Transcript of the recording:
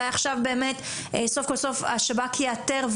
שאולי עכשיו באמת סוף כל סוף השב"כ יאתר,